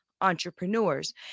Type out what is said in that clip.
entrepreneurs